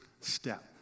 step